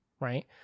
right